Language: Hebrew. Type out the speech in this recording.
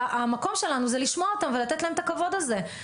המקום שלנו זה לשמוע אותם ולתת להם את הכבוד הזה.